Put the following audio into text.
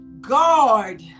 guard